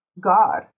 God